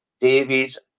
Davies